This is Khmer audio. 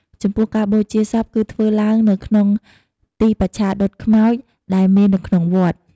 ចំពោះការបូជាសពគឺធ្វើឡើងនៅក្នុងទីបច្ឆាដុតខ្មោច ដែលមាននៅក្នុងវត្ត។